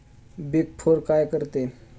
Big four काय करते?